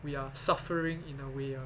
we are suffering in a way ah